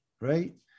right